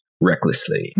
recklessly